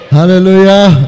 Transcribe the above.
Hallelujah